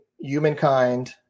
humankind